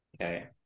Okay